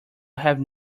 have